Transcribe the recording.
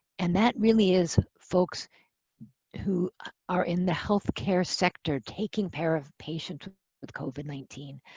and that really is folks who are in the healthcare sector taking care of patients with covid nineteen.